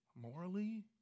morally